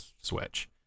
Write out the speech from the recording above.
Switch